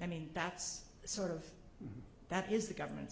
i mean that's sort of that is the government's